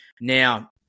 Now